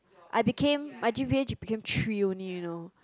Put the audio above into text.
I became my g_p_a became three only you know